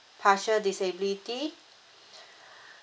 partial disability